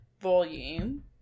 volume